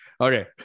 Okay